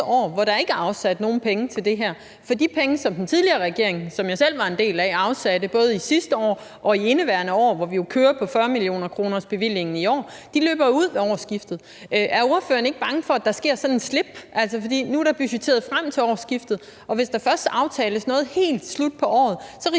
år, hvor der ikke er afsat nogen penge til det her. For de penge, som den tidligere regering, som jeg selv var en del af, afsatte både sidste år og i indeværende år, hvor vi jo kører på 40-millionerkronersbevillingen i år, løber jo ud ved årsskiftet. Er ordføreren ikke bange for, at der kommer sådan et slip? Nu er der budgetteret frem til årsskiftet, og hvis der først aftales noget helt hen mod slutningen af året, risikerer